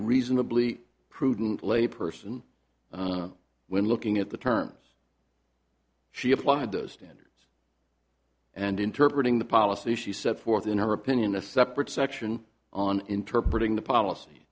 reasonably prudent lay person when looking at the terms she applied those standards and interpret in the policy she set forth in her opinion a separate section on interpret in the policy